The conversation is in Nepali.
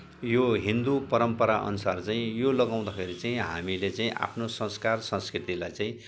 यो हिन्दू परम्पराअनुसार चाहिँ यो लगाउँदाखेरि चाहिँ हामीले चाहिँ आफ्नो संस्कार संस्कृतिलाई चाहिँ